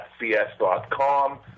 cs.com